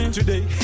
today